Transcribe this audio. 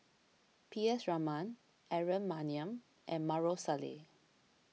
P S Raman Aaron Maniam and Maarof Salleh